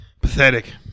pathetic